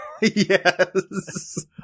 Yes